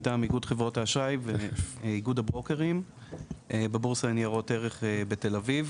מטעם איגוד חברות האשראי ואיגוד הברוקרים בבורסה לניירות ערך בתל אביב.